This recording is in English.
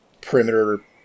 perimeter